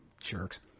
jerks